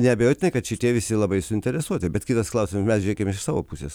neabejotinai kad šitie visi labai suinteresuoti bet kitas klausimas mes žiūrėkim iš savo pusės